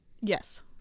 Yes